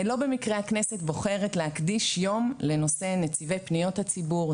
לא במקרה הכנסת בוחרת להקדיש יום לנושא נציבי פניות הציבור,